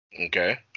Okay